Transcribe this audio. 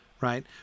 right